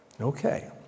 Okay